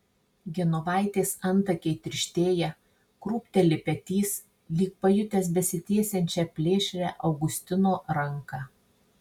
genovaitės antakiai tirštėja krūpteli petys lyg pajutęs besitiesiančią plėšrią augustino ranką